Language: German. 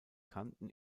kanten